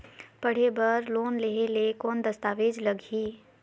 पढ़े बर लोन लहे ले कौन दस्तावेज लगही?